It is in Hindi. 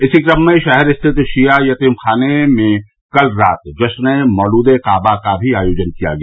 इसी क्रम में शहर स्थित शिया यतीमखाने में कल रात जश्न ए मौलूद ए काबा का आयोजन भी किया गया